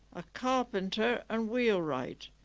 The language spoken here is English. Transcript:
a carpenter and wheelwright.